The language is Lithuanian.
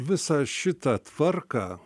visą šitą tvarką